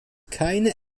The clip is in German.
keine